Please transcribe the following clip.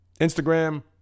Instagram